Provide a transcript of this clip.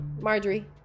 Marjorie